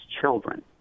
children